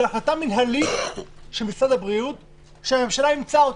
זה החלטה מינהלית של משרד הבריאות שהממשלה אימצה אותה.